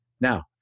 Now